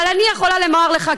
אבל אני יכולה לומר לך,